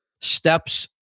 steps